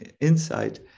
insight